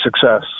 success